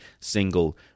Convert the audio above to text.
single